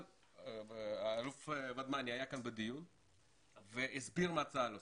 האלוף ודמני היה בדיון והסביר מה צה"ל עושה.